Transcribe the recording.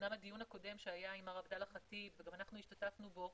אמנם הדיון הקודם שהיה עם מר עבדאללה חטיב גם אנחנו השתתפנו בו